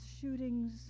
shootings